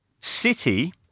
City